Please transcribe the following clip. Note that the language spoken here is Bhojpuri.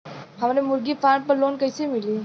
हमरे मुर्गी फार्म पर लोन कइसे मिली?